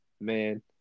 man